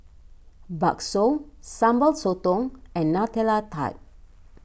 Bakso Sambal Sotong and Nutella Tart